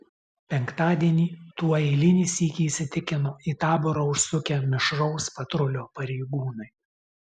penktadienį tuo eilinį sykį įsitikino į taborą užsukę mišraus patrulio pareigūnai